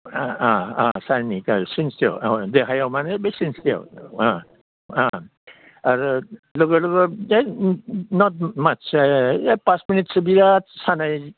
सारनि सिनस्रियाव देहायाव माने बे सिनस्रियाव आरो लोगो लोगो जाय पास मिनिटसो बिराद सानाय